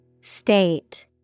State